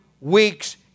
weeks